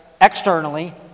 externally